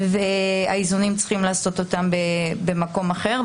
ואת האיזונים צריך לעשות במקום אחר,